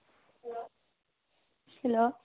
hello hello